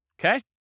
Okay